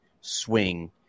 swing